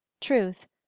truth